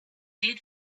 did